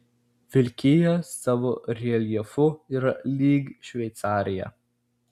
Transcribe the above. vilkija savo reljefu yra lyg šveicarija